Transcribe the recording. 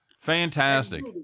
Fantastic